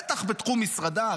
בטח בתחום משרדה.